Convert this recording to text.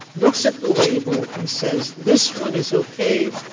looks at the label and says, this one is okay.